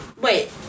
wait